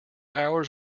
ours